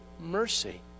mercy